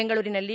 ಬೆಂಗಳೂರಿನಲ್ಲಿ